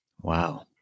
Wow